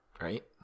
right